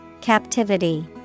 Captivity